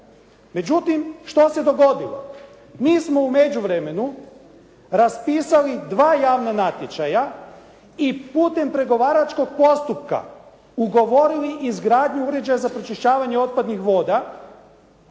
Međutim šta se dogodilo? Mi smo u međuvremenu raspisali dva javna natječaja i putem pregovaračkog postupka ugovorili izgradnju uređaja za pročišćavanje otpadnih voda.